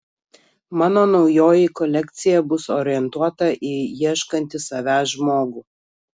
mano naujoji kolekcija bus orientuota į ieškantį savęs žmogų